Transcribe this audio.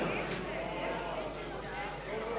בבקשה.